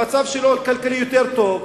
המצב הכלכלי שלו יהיה יותר טוב,